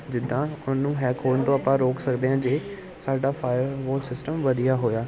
ਜਿੱਦਾਂ ਉਹਨੂੰ ਹੈਕ ਹੋਣ ਤੋਂ ਆਪਾਂ ਰੋਕ ਸਕਦੇ ਹਾਂ ਜੇ ਸਾਡਾ ਫਾਇਰਬਾਲ ਸਿਸਟਮ ਵਧੀਆ ਹੋਇਆ